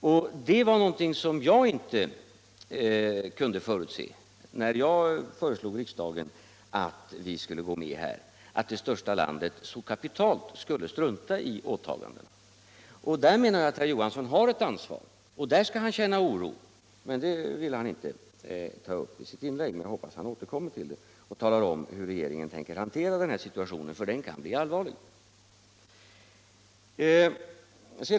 Att det största landet så kapitalt skulle strunta i sina åtaganden var någonting som jag inte kunde förutse när jag föreslog riksdagen att vi skulle gå med i organisationen. Där menar jag att herr Johansson har ett ansvar, och där skall han känna oro. Det ville han inte ta upp i sitt inlägg, men jag hoppas att han återkommer till det och då talar om hur regeringen tänker hantera den här situationen, som kan bli allvarlig.